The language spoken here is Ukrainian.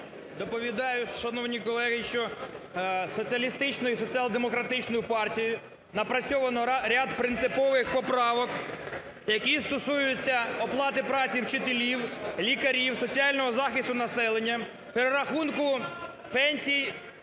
Доповідаю, шановні колеги, що Соціалістичною і Соціал-демократичною партією напрацьовано ряд принципових поправок, які стосуються оплати праці вчителів, лікарів, соціального захисту населення, перерахунку пенсій